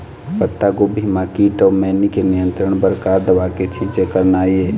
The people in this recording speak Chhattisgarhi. पत्तागोभी म कीट अऊ मैनी के नियंत्रण बर का दवा के छींचे करना ये?